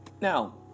now